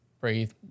breathe